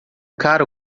cara